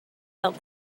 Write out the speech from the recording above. felt